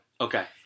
Okay